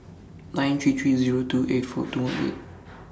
nine three three Zero two eight four two one eight